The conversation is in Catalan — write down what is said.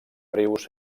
rius